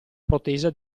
protesa